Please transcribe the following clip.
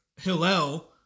Hillel